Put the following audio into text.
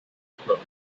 slowly